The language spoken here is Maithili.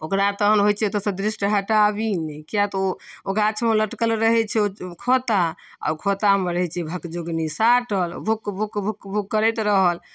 ओकरा तहन होइ छै ओतऽसँ दृष्टि हटाबी नहि किएक तऽ ओ ओ गाछमे लटकल रहै छै ओ खोता ओहि खोतामे रहै छै भगजोगनी साटल भुक भुक भुक भुक करैत रहल